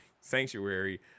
sanctuary